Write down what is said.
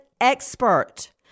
expert